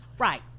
right